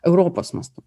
europos mastu